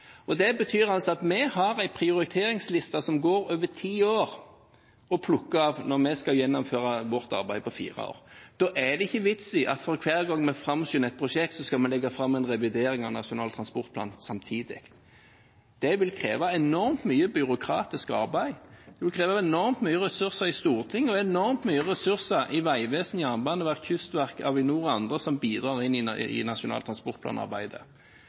og slett ikke vi klarer å være. Det betyr at vi har en prioriteringsliste som går over ti år, å plukke av når vi skal gjennomføre vårt arbeid på fire år. Da er det ikke vits i at for hver gang vi framskynder et prosjekt, skal vi samtidig skal legge fram en revidering av Nasjonal transportplan. Det vil kreve enormt mye byråkratisk arbeid, det vil kreve enormt mye ressurser i Stortinget og enormt mye ressurser i Vegvesenet, Jernbaneverket, Kystverket, Avinor og andre som bidrar i